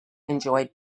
enjoyed